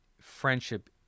friendship